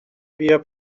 بیا